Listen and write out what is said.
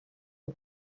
are